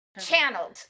channeled